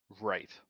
right